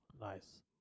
Nice